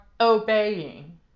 obeying